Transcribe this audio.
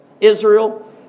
Israel